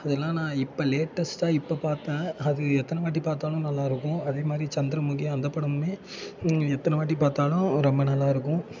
அதெலாம் நான் இப்போ லேட்டஸ்ட்டாக இப்போ பார்த்தேன் அது எத்தனை வாட்டி பார்த்தாலும் நல்லாயிருக்கும் அதேமாதிரி சந்திரமுகி அந்த படமுமே எத்தனை வாட்டி பார்த்தாலும் ரொம்ப நல்லா இருக்கும்